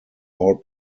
all